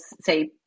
say